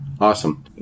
Awesome